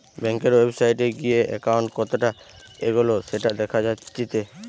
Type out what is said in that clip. বেংকের ওয়েবসাইটে গিয়ে একাউন্ট কতটা এগোলো সেটা দেখা জাতিচ্চে